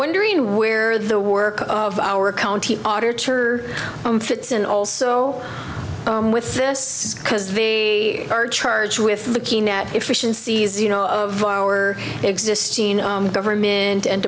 wondering where the work of our county auditor fits in also with this because they are charged with looking at efficiencies you know of our existing government and